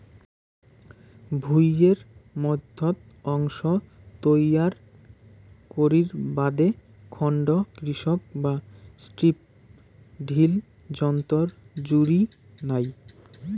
ভুঁইয়ের মইধ্যত অংশ তৈয়ার করির বাদে খন্ড কর্ষক বা স্ট্রিপ টিল যন্ত্রর জুড়ি নাই